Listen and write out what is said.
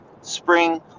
spring